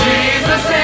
Jesus